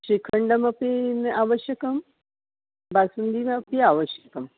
श्रीखण्डमपि आवश्यकं बासुण्डिमपि आवश्यकं